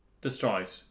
destroyed